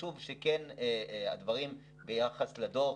היו לפחות חמישה מקרים בין הרשויות.